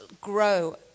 grow